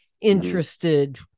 interested